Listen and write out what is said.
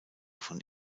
von